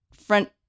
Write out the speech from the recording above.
front